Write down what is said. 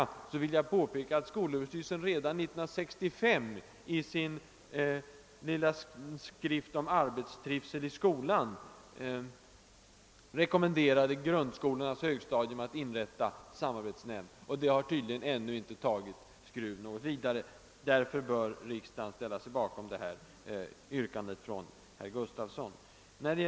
Därför vill jag påpeka att skolöverstyrelsen redan 1965 i sin lilla skrift om arbetstrivseln i skolan rekommenderade grundskolornas högstadium att inrätta samarbetsnämnd. Det har tydligen ännu inte tagit skruv något vidare. Riksdagen bör därför ställa sig bakom det av herr Gustafsson i Barkarby ställda yrkandet.